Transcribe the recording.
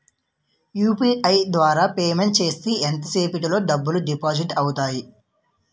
UPI ద్వారా payment చేస్తే ఎంత సేపటిలో డబ్బులు డిపాజిట్ అవుతాయి?